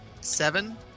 Seven